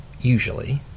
usually